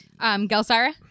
Gelsara